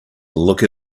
look